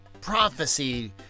prophecy